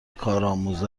کارآموز